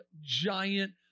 giant